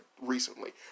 recently